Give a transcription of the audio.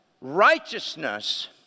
righteousness